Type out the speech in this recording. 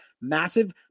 massive